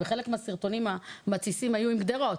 וחלק מהסרטונים המתסיסים היו עם גדרות.